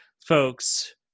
folks